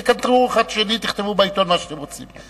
תקנטרו אחד את השני, תכתבו בעיתון מה שאתם רוצים.